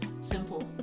simple